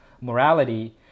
morality